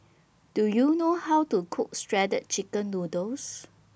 Do YOU know How to Cook Shredded Chicken Noodles